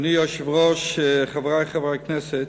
אדוני היושב-ראש, חברי חברי הכנסת,